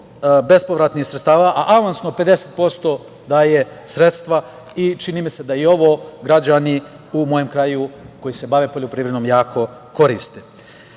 bespovratnih sredstava, a avansno 50% daje sredstva i čini mi se da i ovo građani u mom kraju koji se bave poljoprivredom jako koriste. Kvalitet